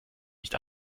nicht